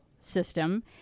system